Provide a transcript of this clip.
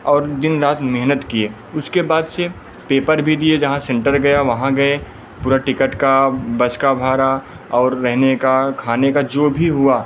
और दिन रात मेहनत किए उसके बाद से पेपर भी दिए जहाँ सेंटर गया वहाँ गए पूरी टिकट का बस का भाड़ा और रहने का खाने का जो भी हुआ